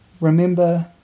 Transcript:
remember